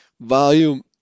volume